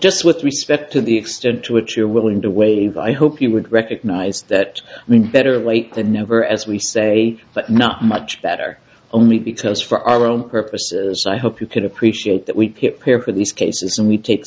just with respect to the extent to which you're willing to waive i hope you would recognize that i mean better late than never as we say but not much better only because for our own purposes i hope you can appreciate that we get peer for these cases and we take